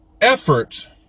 effort